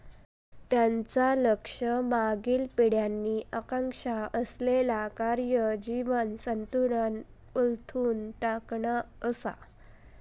त्यांचा लक्ष मागील पिढ्यांनी आकांक्षा असलेला कार्य जीवन संतुलन उलथून टाकणा असा